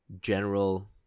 general